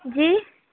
جی